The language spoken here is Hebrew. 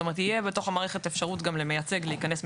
תהיה בתוך המערכת אפשרות גם למייצג להיכנס,